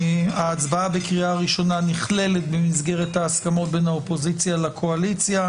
ההצבעה לקריאה ראשונה נכללת במסגרת ההסכמות בין האופוזיציה לקואליציה,